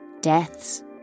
deaths